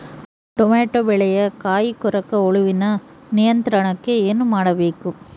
Tomato ಬೆಳೆಯ ಕಾಯಿ ಕೊರಕ ಹುಳುವಿನ ನಿಯಂತ್ರಣಕ್ಕೆ ಏನು ಮಾಡಬೇಕು?